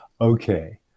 okay